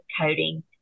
coding